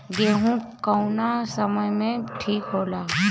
गेहू कौना समय मे ठिक होला?